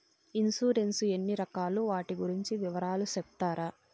Insurance ఎన్ని రకాలు వాటి గురించి వివరాలు సెప్తారా?